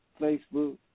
Facebook